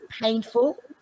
painful